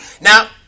Now